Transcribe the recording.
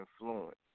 influence